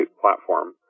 platform